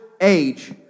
age